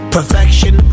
Perfection